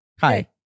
Hi